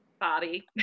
Bobby